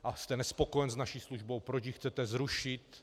A jste nespokojen s naší službou, proč ji chcete zrušit?